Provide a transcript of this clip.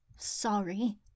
Sorry